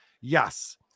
Yes